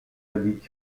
habite